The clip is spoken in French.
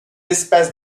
espaces